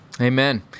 Amen